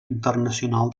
internacional